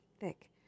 thick